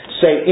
say